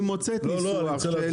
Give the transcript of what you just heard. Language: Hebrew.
היא מוצאת ניסוח.